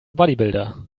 bodybuilder